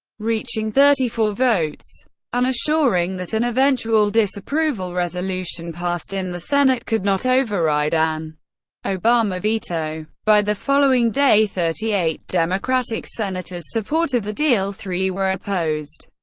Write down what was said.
reaching thirty four votes and assuring that an eventual disapproval resolution passed in the senate could not override an obama veto. by the following day, thirty eight democratic senators supported the deal, three were opposed,